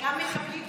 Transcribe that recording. וגם מקבלים פחות.